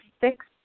six